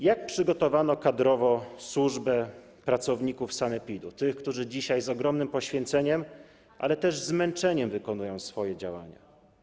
Jak przygotowano kadrowo służbę pracowników sanepidu, tych, którzy dzisiaj z ogromnym poświęceniem, ale też zmęczeniem wykonują swoje działania?